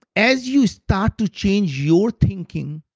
as you start to change your thinking,